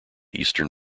eastern